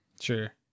Sure